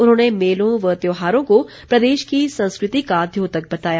उन्होंने मेलों व त्योहारों को प्रदेश की संस्कृति का द्योतक बताया